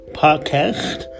podcast